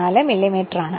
424 മില്ലീമീറ്ററാണ്